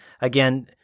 again